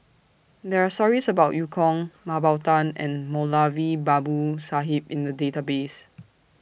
There Are stories about EU Kong Mah Bow Tan and Moulavi Babu Sahib in The Database